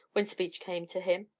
when speech came to him.